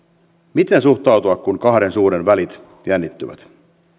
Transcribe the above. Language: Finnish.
miten suhtautua kun kahden suuren välit jännittyvät